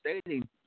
stating